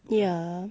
ya